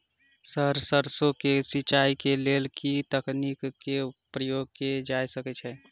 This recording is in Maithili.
सर सैरसो केँ सिचाई केँ लेल केँ तकनीक केँ प्रयोग कैल जाएँ छैय?